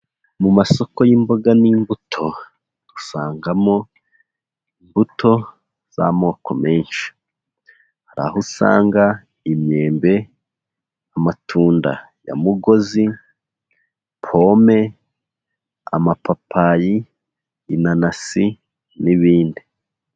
Mu masoko y'imboga n'imbuto, usangamo imbuto z'amoko menshi, hari aho usanga imyembe, amatunda ya mugozi, pome, amapapayi, inanasi n'ibindi.